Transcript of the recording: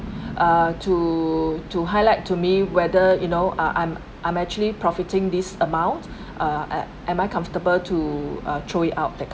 uh to to highlight to me whether you know uh I'm I'm actually profiting this amount uh am I comfortable to um throw it out that